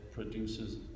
produces